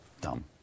Dumb